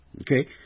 Okay